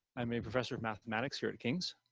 i mean professor of mathematics here at king's.